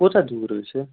کوٗتاہ دوٗر حظ چھِ